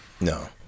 No